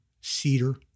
cedar